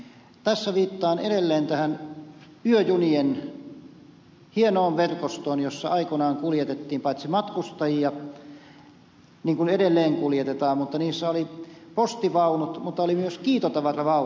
tässä viittaan edelleen tähän yöjunien hienoon verkostoon jossa aikoinaan kuljetettiin matkustajia niin kuin edelleen kuljetetaan mutta niissä oli myös postivaunut oli myös kiitotavaravaunut